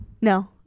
No